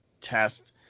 test